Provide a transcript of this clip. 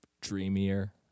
dreamier